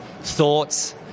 thoughts